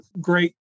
great